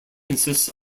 consists